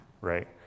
right